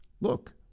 Look